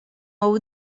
heu